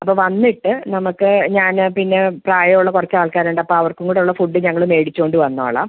അപ്പോള് വന്നിട്ട് നമുക്ക് ഞാന് പിന്നെ പ്രായമുള്ള കുറച്ച് ആൾക്കാരുണ്ടപ്പോള് അവർക്കും കൂടെയുള്ള ഫുഡ്ഡ് ഞങ്ങള് മേടിച്ചോണ്ട് വന്നോളാം